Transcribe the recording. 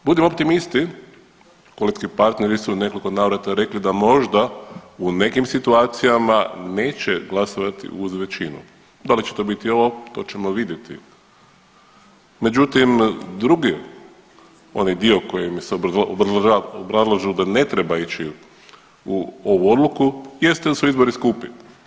Budimo optimisti koalicijski partneri su nekoliko navrate rekli da možda u nekim situacijama neće glasovati uz većinu, da li će to biti ovo to ćemo vidjeti, međutim drugi onaj dio kojim se obrazlažu da ne treba ići u ovu odluku jeste da su izbori skupi.